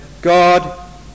God